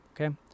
okay